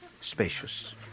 spacious